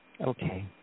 Okay